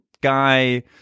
guy